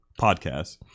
podcast